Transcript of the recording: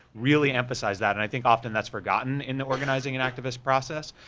really emphasized that, and i think often that's forgotten in the organizing an activist process.